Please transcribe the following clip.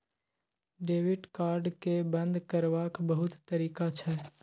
debit card केँ बंद करबाक बहुत तरीका छै